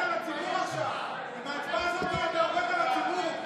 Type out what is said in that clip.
על הציבור ואתה עובד על המתיישבים.